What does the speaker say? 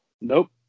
Nope